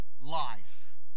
life